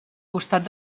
costat